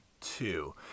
two